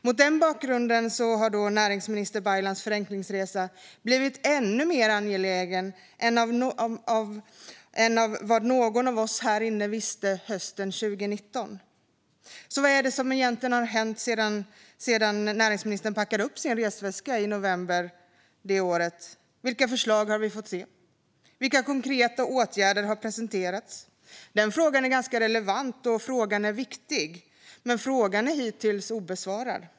Mot den bakgrunden har näringsminister Baylans förenklingsresa blivit ännu mer angelägen än vad någon av oss här inne visste hösten 2019. Vad är det egentligen som har hänt sedan näringsministern packade upp sin resväska i november det året? Vilka förslag har vi fått se? Vilka konkreta åtgärder har presenterats? Dessa frågor är relevanta och viktiga, men de är hittills obesvarade.